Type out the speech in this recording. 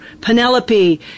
penelope